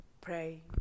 pray